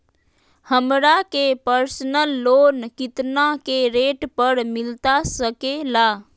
हमरा के personal loan कितना के रेट पर मिलता सके ला?